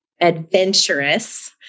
adventurous